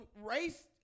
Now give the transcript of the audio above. race